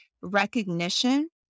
recognition